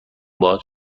باهات